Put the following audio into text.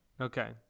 Okay